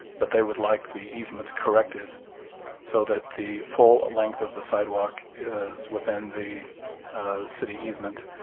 but they would like the easement corrected so that the full length of the sidewalk is within the ah city easement.